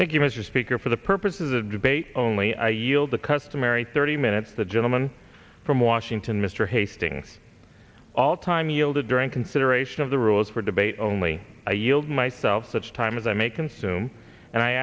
mr speaker for the purposes of debate only i yield the customary thirty minutes the gentleman from washington mr hastings alltime yielded during consideration of the rules for debate only a yield myself such time as i may consume and i